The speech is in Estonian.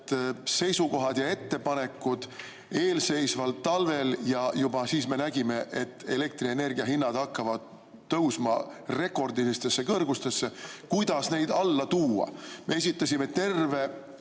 seisukohad ja ettepanekud eelseisvaks talveks. Juba siis me nägime, et elektrienergia hinnad hakkavad tõusma rekordilistesse kõrgustesse. Kuidas neid alla tuua? Me esitasime terve